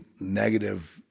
negative